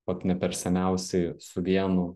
vat ne per seniausiai su vienu